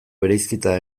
bereizketa